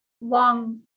long